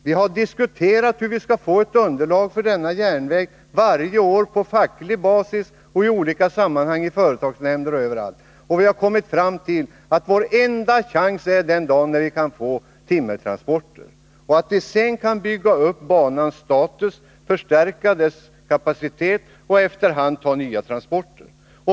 Vi har varje år, på facklig basis, i företagsnämnder och på andra håll, diskuterat hur vi skall få ett underlag för denna järnväg. Vi har kommit fram till att den enda chansen är att få timmertransporter. Därefter kan vi bygga upp banans status, förstärka dess kapacitet och ta nya transporter.